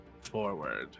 forward